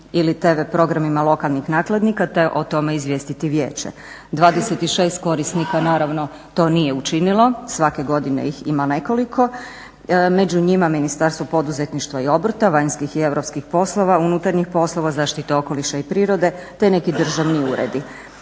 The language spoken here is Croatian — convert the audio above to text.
ili tv programima lokalnih nakladnika te o tome izvijestiti vijeće. 26 korisnika naravno to nije učinilo, svake godine ih ima nekoliko, među njima Ministarstvo poduzetništva i obrta, vanjskih i europskih poslova, unutarnjih poslova, zaštite okoliša i prirode te neki državni uredi.